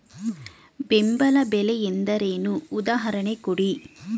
ಬೆಂಬಲ ಬೆಲೆ ಎಂದರೇನು, ಉದಾಹರಣೆ ಕೊಡಿ?